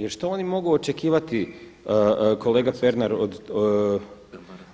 Jer što oni mogu očekivati kolega Pernar